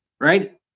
right